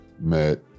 Met